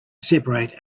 separate